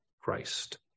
Christ